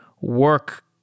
work